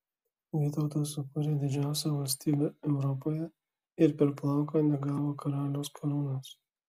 vytautas sukūrė didžiausią valstybę europoje ir per plauką negavo karaliaus karūnos